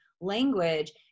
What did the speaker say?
language